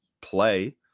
play